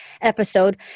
episode